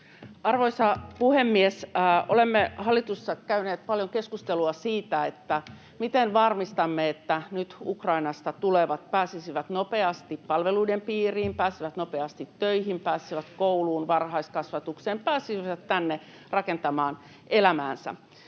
Arvoisa puhemies! Olemme hallituksessa käyneet paljon keskustelua siitä, miten varmistamme, että nyt Ukrainasta tulevat pääsisivät nopeasti palveluiden piiriin, pääsisivät nopeasti töihin, pääsisivät kouluun, varhaiskasvatukseen — pääsisivät tänne rakentamaan elämäänsä.